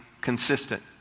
consistent